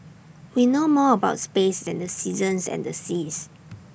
we know more about space than the seasons and the seas